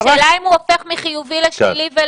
השאלה אם הוא הופך מחיובי לשלילי.